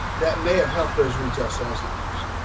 that may have helped those retail sales numbers.